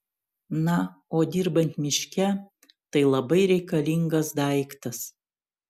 na o dirbant miške tai labai reikalingas daiktas